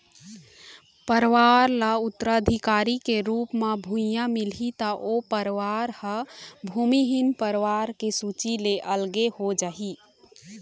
परवार ल उत्तराधिकारी के रुप म भुइयाँ मिलही त ओ परवार ह भूमिहीन परवार के सूची ले अलगे हो जाही